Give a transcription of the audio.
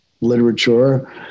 literature